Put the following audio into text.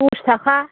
दस थाखा